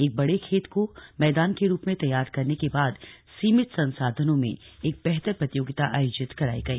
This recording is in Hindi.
एक बड़े खेत को मैदान के रुप में तैयार करने के बाद सीमित संसाधनों में एक बेहतर प्रतियोगिता आयोजित कराई गई